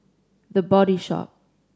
The Body Shop